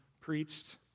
preached